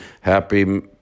Happy